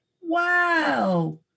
Wow